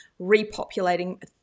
repopulating